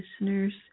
listeners